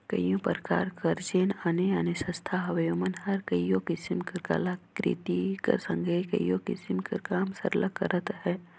कइयो परकार कर जेन आने आने संस्था हवें ओमन हर कइयो किसिम कर कलाकृति कर संघे कइयो किसिम कर काम सरलग करत अहें